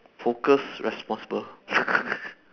focus responsible